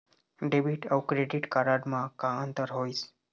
Debit अऊ credit card म का अंतर होइस?